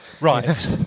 Right